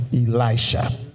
Elisha